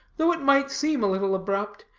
though it might seem a little abrupt,